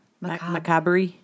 Macabre